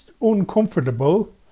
uncomfortable